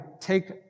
take